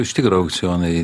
iš tikro aukcionai